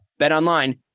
BetOnline